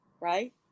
Right